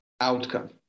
outcome